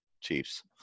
Chiefs